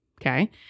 Okay